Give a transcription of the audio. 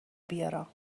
بیارم